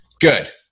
good